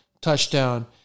touchdown